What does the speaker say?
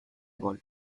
gol